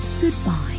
goodbye